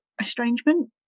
estrangement